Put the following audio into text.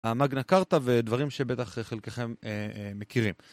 המאגנה קארטה ודברים שבטח חלקכם מכירים.